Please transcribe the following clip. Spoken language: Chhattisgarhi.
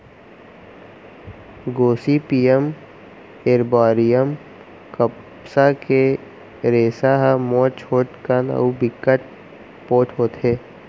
गोसिपीयम एरबॉरियम कपसा के रेसा ह मोठ, छोटकन अउ बिकट पोठ होथे